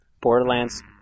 Borderlands